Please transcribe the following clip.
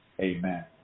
Amen